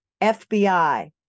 FBI